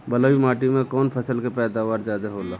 बालुई माटी में कौन फसल के पैदावार ज्यादा होला?